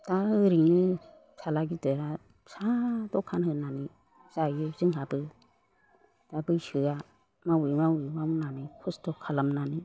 दा ओरैनो फिसाज्ला गिदिरा फिसा दखान होनानै जायो जोंहाबो दा बैसोआ मावै मावै मावनानै खस्थ' खालामनानै